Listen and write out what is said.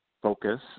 focus